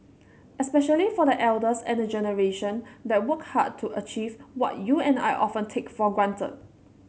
especially for the elders and the generation that worked hard to achieve what you and I often take for granted